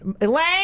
Elaine